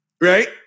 Right